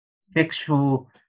sexual